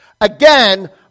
again